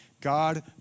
God